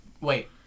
wait